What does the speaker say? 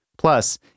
Plus